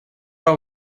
are